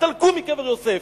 הסתלקו מקבר יוסף.